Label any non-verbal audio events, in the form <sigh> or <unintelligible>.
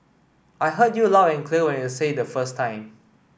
I heard you loud and <unintelligible> when you say the first time